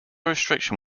restriction